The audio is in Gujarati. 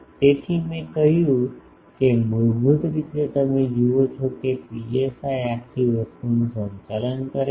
તેથી મેં કહ્યું કે મૂળભૂત રીતે તમે જુઓ છો કે આ પીએસઆઈ આખી વસ્તુનું સંચાલન કરે છે